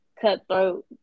cutthroat